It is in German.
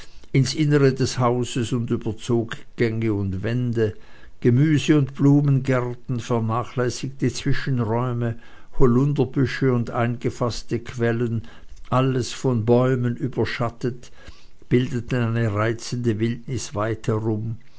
ins innere des hauses und überzog gänge und wände gemüse und blumengärten vernachlässigte zwischenräume holunderbüsche und eingefaßte quellen alles von bäumen überschattet bildeten eine reizende wildnis weit herum